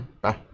Bye